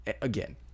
again